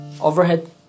overhead